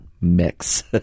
mix